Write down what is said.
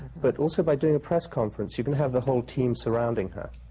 but also, by doing a press conference, you can have the whole team surrounding her,